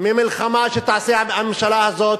ממלחמה שתעשה הממשלה הזאת,